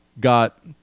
got